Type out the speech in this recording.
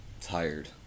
tired